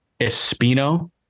Espino